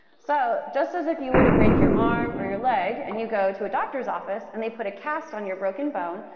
so just as if you were to break your arm or your leg and you go to a doctor's office, and they put a cast on your broken bone,